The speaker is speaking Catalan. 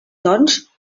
doncs